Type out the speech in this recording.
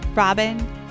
Robin